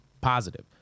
positive